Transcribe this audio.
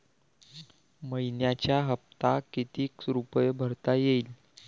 मइन्याचा हप्ता कितीक रुपये भरता येईल?